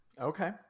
Okay